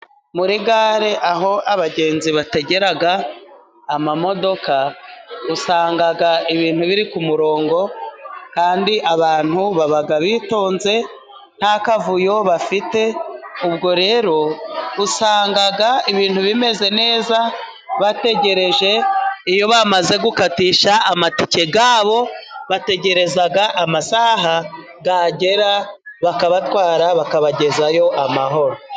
Muri gare aho abagenzi bategera amamodoka, usanga ibintu biri ku murongo kandi abantu baba bitonze nta kavuyo bafite ,ubwo rero usanga ibintu bimeze neza bategereje. Iyo bamaze gukatisha amatike yabo bategereza amasaha yagera ,bakabatwara bakabagezayo amahoro.